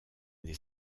des